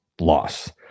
loss